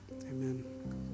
amen